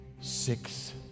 six